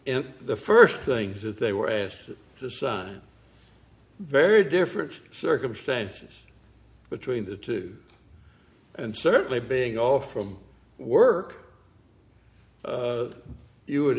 because the first things that they were asked to sign very different circumstances between that and certainly being off from work you would